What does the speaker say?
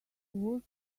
was